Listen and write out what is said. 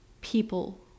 people